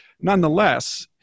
nonetheless